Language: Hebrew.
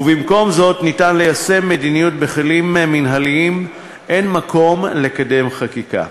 ובמקום שבו אפשר ליישם מדיניות בכלים מינהליים אין מקום לקדם חקיקה.